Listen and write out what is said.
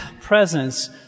presence